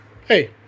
Hey